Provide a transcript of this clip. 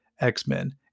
X-Men